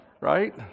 Right